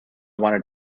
wanted